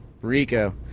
Rico